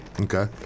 Okay